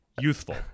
youthful